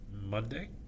Monday